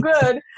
good